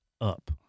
up